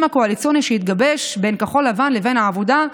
הקואליציוני שהתגבש בין כחול לבן לבין העבודה,